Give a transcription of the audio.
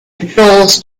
patrols